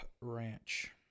Ranch